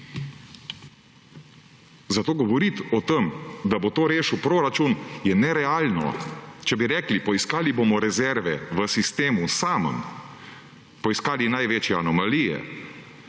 Zato govoriti o tem, da bo to rešil proračun, je nerealno. Če bi rekli, poiskali bomo rezerve v sistemu samem, poiskali največje anomalije,